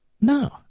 No